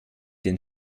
den